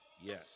Yes